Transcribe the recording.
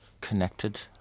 connected